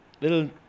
little